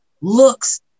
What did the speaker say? looks